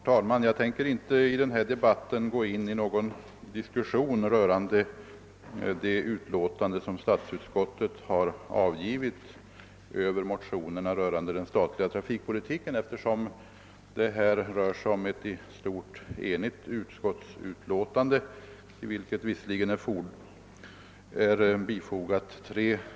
Herr talman! Jag tänker inte gå in på någon diskussion rörande det utlåtande som statsutskottet har avgivit över motionerna om den statliga trafikpolitiken, eftersom utlåtandet i stort sett är enhälligt.